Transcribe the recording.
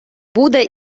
буде